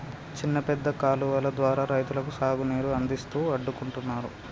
చిన్న పెద్ద కాలువలు ద్వారా రైతులకు సాగు నీరు అందిస్తూ అడ్డుకుంటున్నారు